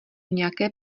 nějaké